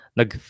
nag